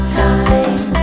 time